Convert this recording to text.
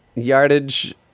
Yardage